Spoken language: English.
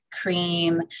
cream